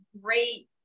great